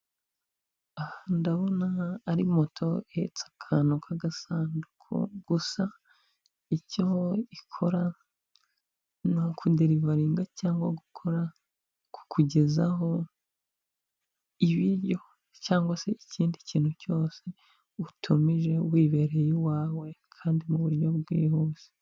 Ubu ngubu ni ubucuruzi bw'amafaranga. Ahangaha turabona amafaranga y'amanyarwanda, amafaranga y'amanyamahanga, amadorari bitewe nayo ukeneye uraza ukazana amanyarwanda bakaguhereza amanyamahanga cyangwa ukazana amanyamahanga bakaguha amanyarwanda.